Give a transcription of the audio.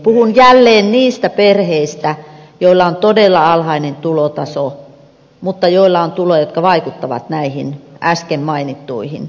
puhun jälleen niistä perheistä joilla on todella alhainen tulotaso mutta joilla on tuloja jotka vaikuttavat näihin äsken mainittuihin